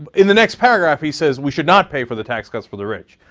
in the next paragraph he says we should not pay for the tax cuts for the rich,